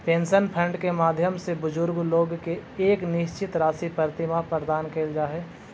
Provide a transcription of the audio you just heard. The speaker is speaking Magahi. पेंशन फंड के माध्यम से बुजुर्ग लोग के एक निश्चित राशि प्रतिमाह प्रदान कैल जा हई